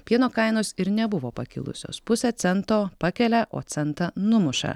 pieno kainos ir nebuvo pakilusios pusę cento pakelia o centą numuša